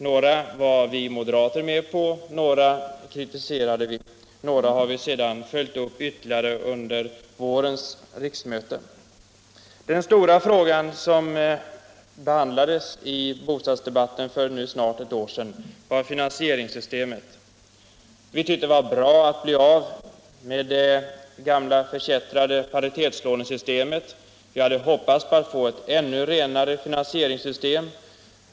Några var vi moderater med på, några kritiserade vi, några har vi följt upp ytterligare under vårens riksmöte. Den stora frågan, som behandlades i bostadsdebatten för snart ett år sedan, var finansieringssystemet. Vi tyckte det var bra att bli av med det gamla förkättrade paritetslånesystemet. Vi hade dock hoppats på att få ett ännu renare finansieringssystem.